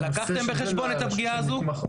לקחתם בחשבון את הפגיעה הזו?